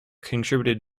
contributed